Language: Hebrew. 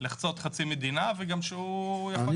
לחצות חצי מדינה וגם שהוא יכול --- אני